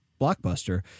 blockbuster